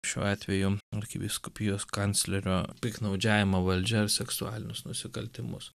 šiuo atveju arkivyskupijos kanclerio piktnaudžiavimą valdžia ar seksualinius nusikaltimus